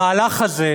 המהלך הזה,